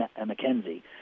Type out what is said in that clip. McKenzie